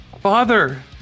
Father